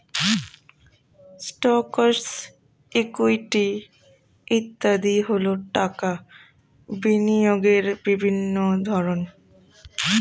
stocks, equity ইত্যাদি হল টাকা বিনিয়োগের বিভিন্ন ধরন